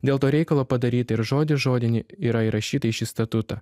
dėl to reikalo padaryta ir žodį žodinį yra įrašyta į šį statutą